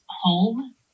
home